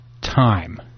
time